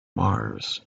mars